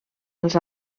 els